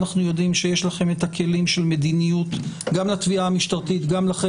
אנחנו יודעים שיש לכם את הכלים של מדיניות גם לתביעה המשטרתית,